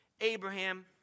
Abraham